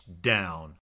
down